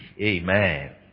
Amen